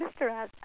Mr